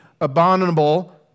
abominable